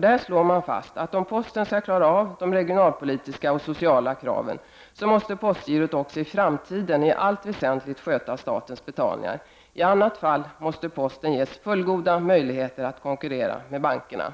Där slår man fast att om posten skall klara av de regionalpolitiska och sociala kraven, måste postgirot också i framtiden i allt väsentligt sköta statens betalningar. I annat fall måste posten ges fullgoda möjligheter att konkurrera med bankerna.